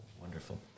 Wonderful